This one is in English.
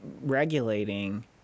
regulating